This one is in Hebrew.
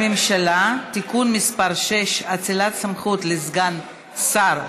הממשלה (תיקון מס' 6) (אצילת סמכות לסגן שר),